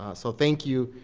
so thank you,